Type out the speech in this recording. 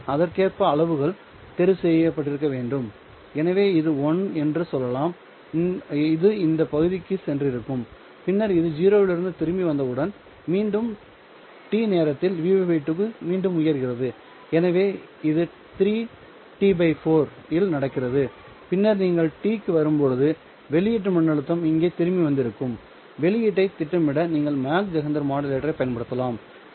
எனவே அதற்கேற்ப அளவுகள் தேர்வு செய்யப்பட்டிருக்க வேண்டும் எனவே இது 1 என்று சொல்லலாம் இது இந்த பகுதிக்குச் சென்றிருக்கும் பின்னர் இது 0 இலிருந்து திரும்பி வந்தவுடன் அது மீண்டும் T நேரத்தில் Vπ 2 க்கு மீண்டும் உயர்கிறது எனவே இது 3T 4 இல் நடக்கிறது பின்னர் நீங்கள் T க்கு வரும்போது வெளியீடு மின்னழுத்தம் இங்கே திரும்பி வந்திருக்கும் வெளியீட்டைத் திட்டமிட நீங்கள் மாக் ஜெஹெண்டர் மாடுலேட்டரைப் பயன்படுத்தலாம்